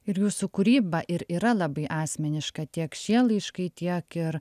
ir jūsų kūryba ir yra labai asmeniška tiek šie laiškai tiek ir